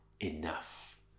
enough